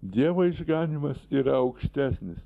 dievo išganymas yra aukštesnis